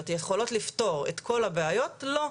יכולות לפתור את כל הבעיות לא.